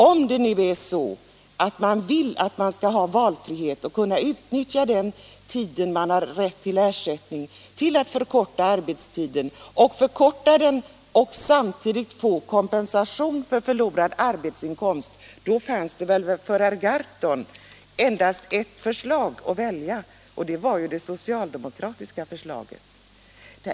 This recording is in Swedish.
Om det nu är så, att man vill att människor skall ha valfrihet och kunna utnyttja den tid de har rätt till ersättning till att förkorta arbetstiden och samtidigt få kompensation för förlorad arbetsinkomst, då fanns det väl för herr Gahrton endast ett förslag att välja: det socialdemokratiska förslaget.